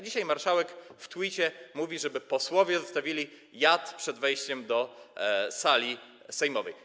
Dzisiaj marszałek w tweecie mówi, żeby posłowie zostawili jad przed wejściem do sali sejmowej.